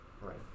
Right